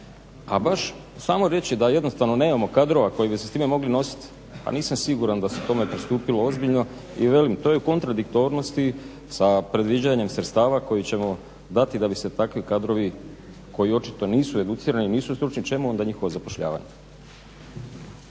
A baš samo reći da jednostavno nemamo kadrova koji bi se s time mogli nositi, a nisam siguran da se tome pristupilo ozbiljno i velim to je u kontradiktornosti sa predviđanjem sredstava koji ćemo dati da bi se takvi kadrovi koji očito nisu educirani, nisu stručni, čemu onda njihova zapošljavanja.